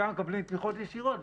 שם מקבלים תמיכות ישירות,